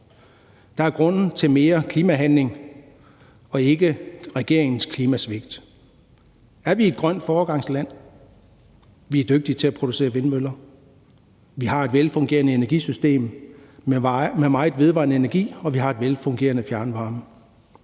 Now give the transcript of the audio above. Der er grund til mere klimahandling og ikke til regeringens klimasvigt. Er vi et grønt foregangsland? Vi er dygtige til at producere vindmøller, vi har et velfungerende energisystem med meget vedvarende energi, og vi har velfungerende fjernvarme.